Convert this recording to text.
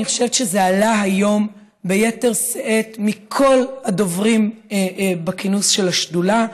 אני חושבת שזה עלה היום ביתר שאת מכל הדוברים בכינוס של השדולה,